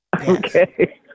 Okay